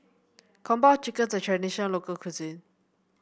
Kung Po Chicken is a traditional local cuisine